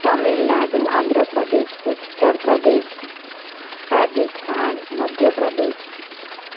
Tamil Nadu Andhra Pradesh Uttar Pradesh Rajasthan Madhya Pradesh